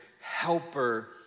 helper